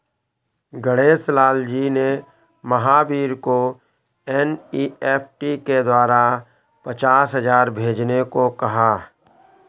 गणेश लाल जी ने महावीर को एन.ई.एफ़.टी के द्वारा पचास हजार भेजने को कहा